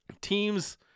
teams